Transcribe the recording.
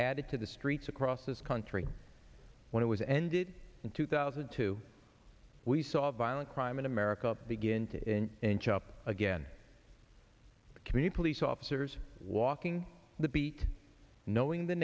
added to the streets across this country when it was ended in two thousand and two we saw violent crime in america begin to inch up again community police officers walking the beat knowing the